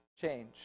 change